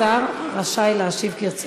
מה זה הדבר הזה?